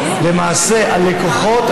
הלקוחות,